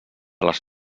les